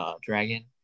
dragon